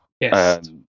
Yes